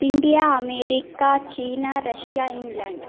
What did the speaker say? India America China Russia England